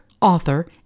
author